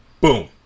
boom